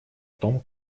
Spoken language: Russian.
том